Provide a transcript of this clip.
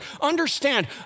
Understand